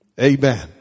Amen